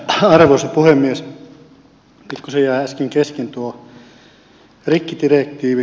pikkusen jäi äsken kesken tuo rikkidirektiivi